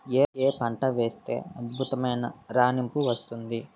ఏ పంట వేస్తే అద్భుతమైన రాణింపు వస్తుంది?